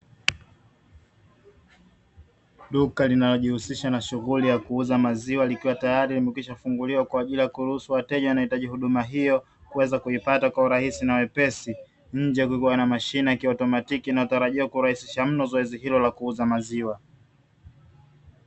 Duka linalojihusisha na shughuli ya kuuza maziwa likiwa tayari limekwisha funguliwa kwa ajili ya kuruhusu wateja wanahitaji huduma hiyo kuweza kuipata kwa urahisi na wepesi, nje kulikuwa na mashine kiotomatiki natarajiwa kurahisisha mno zoezi hilo la kuuza maziwa.